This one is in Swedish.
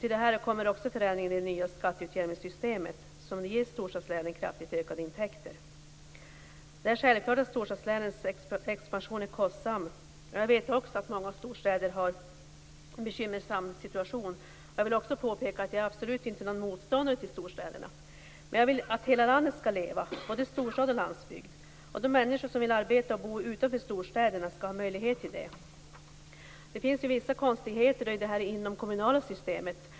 Till detta kommer förändringen genom det nya skatteutjämningssystemet, som ger storstadslänen kraftigt ökade intäkter. Det är självklart att storstadslänens expansion är kostsam, och många storstäder har också en bekymmersam situation. Jag vill även påpeka att jag absolut inte är någon motståndare till storstäderna. Jag vill dock att hela landet skall leva, både storstad och landsbygd. De människor som vill arbeta och bo utanför storstäderna skall ha möjlighet till det. Det finns vissa konstigheter i det inomkommunala systemet.